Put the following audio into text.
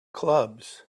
clubs